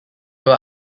were